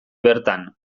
bertan